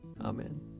Amen